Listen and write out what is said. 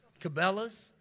Cabela's